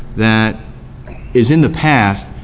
that is in the past,